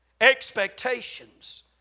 Expectations